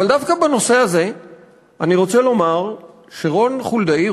אבל דווקא בנושא הזה אני רוצה לומר שרון חולדאי,